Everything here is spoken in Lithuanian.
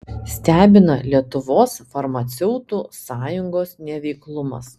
stebina lietuvos farmaceutų sąjungos neveiklumas